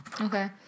Okay